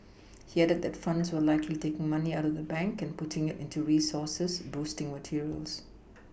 he added that funds were likely taking money out of banks and putting it into resources boosting materials